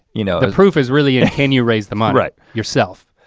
you know the proof is really can you raise the money, right. yourself.